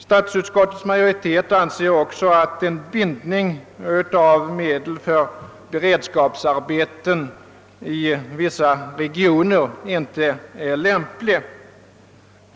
Statsutskottets majoritet anser också att en bindning av medel för beredskapsarbeten i vissa regioner inte är lämplig.